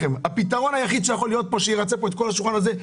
הפתרון היחיד שירצה פה את כל היושבים סביב השולחן הזה,